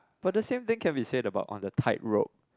but the same thing can be said about on the tightrope